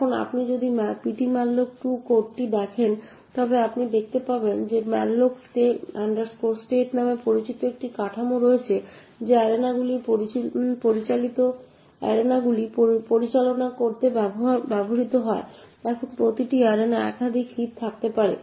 এখন আপনি যদি ptmalloc2 কোডটি দেখেন তবে আপনি দেখতে পাবেন যে malloc state নামে পরিচিত একটি কাঠামো রয়েছে যা অ্যারেনাগুলি পরিচালনা করতে ব্যবহৃত হয় এখন প্রতিটি অ্যারেনা একাধিক হিপ থাকতে পারে